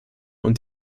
und